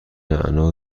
نعنا